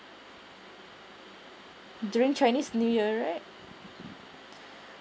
during chinese new year right